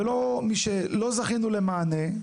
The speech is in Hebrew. ולא זכינו למענה.